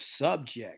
subject